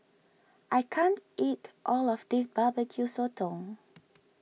I can't eat all of this Barbecue Sotong